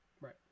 right